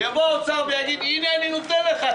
ויבוא האוצר ויגיד: אני נותן לך.